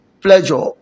pleasure